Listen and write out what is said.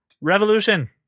revolution